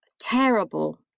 terrible